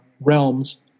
realms